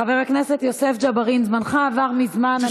חבר הכנסת יוסף ג'בארין, זמנך עבר מזמן.